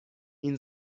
این